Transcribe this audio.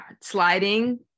Sliding